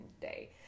day